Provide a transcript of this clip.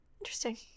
Interesting